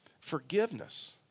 forgiveness